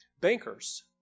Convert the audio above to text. bankers